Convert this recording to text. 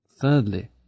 Thirdly